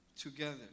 Together